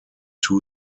two